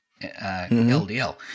LDL